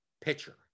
pitcher